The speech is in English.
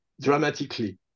dramatically